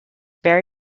very